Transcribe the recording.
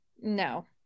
no